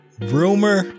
Rumor